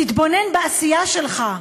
תתבונן בעשייה שלך,